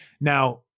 Now